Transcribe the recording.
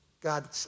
God